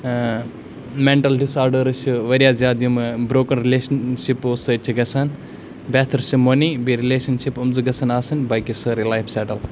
mental disorders چھِ واریاہ زیادٕ یِم برٛوکٕن رِلیشَن شِپو سۭتۍ چھِ گژھان بہتر چھِ مٔنی بیٚیہِ رِلیشَن شِپ یِم زٕ گَژھن آسٕنۍ باقٕے چھِ سٲرٕے لایف سٮ۪ٹٕلۍ